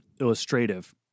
illustrative